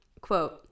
quote